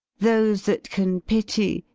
those that can pitty,